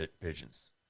pigeons